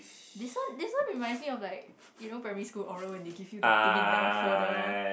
this one this one reminds me of like you know primary school oral when they give you the thing in the folder